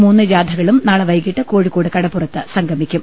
മൂന്ന് ജാഥകളും നാളെ വൈകീട്ട് കോഴിക്കോട് കടപ്പു റത്ത് സംഗമിക്കും